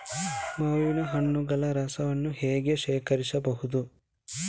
ಮಾವಿನ ಹಣ್ಣುಗಳ ರಸವನ್ನು ಹೇಗೆ ಶೇಖರಿಸಬಹುದು?